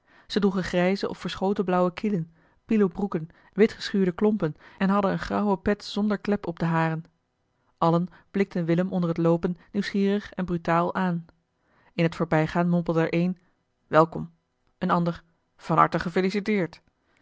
ze droegen grijze of verschoten blauwe kielen pilo broeken wit geschuurde klompen en hadden eene grauwe pet zonder klep op de haren allen blikten willem onder het loopen nieuwsgierig en brutaal aan in het voorbijgaan mompelde er een welkom een ander van harte gefeliciteerd